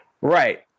right